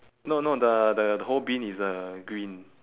no no the the the whole bin is uh green